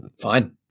Fine